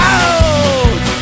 out